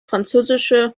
französische